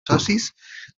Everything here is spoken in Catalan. socis